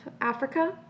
Africa